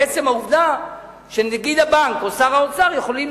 בעצם העובדה שנגיד הבנק או שר האוצר יכולים